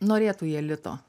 norėtų jie lito